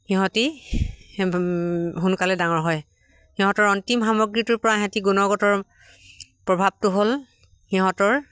সিহঁতি সোনকালে ডাঙৰ হয় সিহঁতৰ অন্তিম সামগ্ৰীটোৰ পৰা সিহঁতি গুণগতৰ প্ৰভাৱটো হ'ল সিহঁতৰ